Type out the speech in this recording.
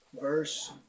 verse